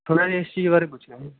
ਥੋੜ੍ਹਾ ਜਿਹਾ ਇਸ ਚੀਜ਼ ਬਾਰੇ ਪੁੱਛਣਾ ਜੀ